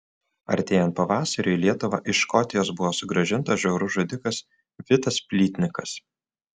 artėjant pavasariui į lietuvą iš škotijos buvo sugrąžintas žiaurus žudikas vitas plytnikas